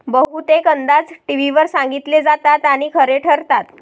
बहुतेक अंदाज टीव्हीवर सांगितले जातात आणि खरे ठरतात